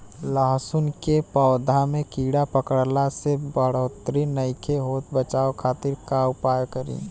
लहसुन के पौधा में कीड़ा पकड़ला से बढ़ोतरी नईखे होत बचाव खातिर का उपाय करी?